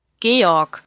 Georg